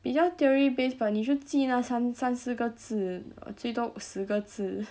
比较 theory based but 你就记那三三四个字最多十个字